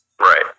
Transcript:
Right